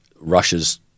Russia's